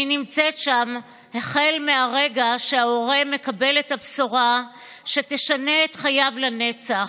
אני נמצאת שם החל מהרגע שההורה מקבל את הבשורה שתשנה את חייו לנצח,